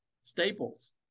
staples